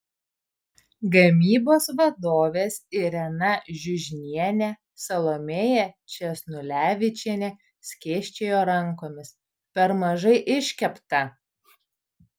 gamybos vadovės irena žiužnienė salomėja česnulevičienė skėsčiojo rankomis per mažai iškepta